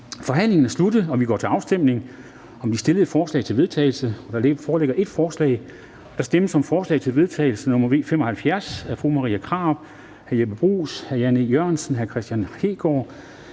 Forhandlingen er sluttet, og vi går til afstemning om det stillede forslag til vedtagelse. Der foreligger et forslag. Der stemmes om forslag til vedtagelse nr. V 75 af Marie Krarup (DF), Jeppe Bruus (S), Jan E. Jørgensen (V), Kristian Hegaard